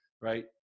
Right